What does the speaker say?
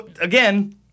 again